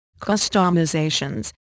customizations